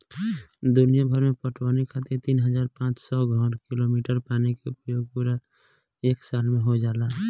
दुनियाभर में पटवनी खातिर तीन हज़ार पाँच सौ घन कीमी पानी के उपयोग पूरा एक साल में हो जाला